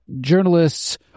journalists